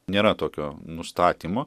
nėra tokio nustatymo